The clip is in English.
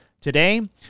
today